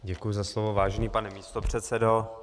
Děkuji za slovo, vážený pane místopředsedo.